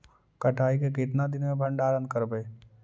कटाई के कितना दिन मे भंडारन करबय?